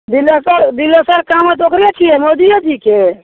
दिलेसर दिलेसर काम ओकरे छियै मोदियेजीकेँ